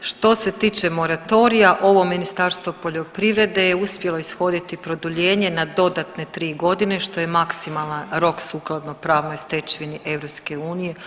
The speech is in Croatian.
Što se tiče moratorija ovo Ministarstvo poljoprivrede je uspjelo ishoditi produljenje na dodatne 3.g. što je maksimalan rok sukladno pravnoj stečevini EU.